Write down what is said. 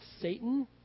Satan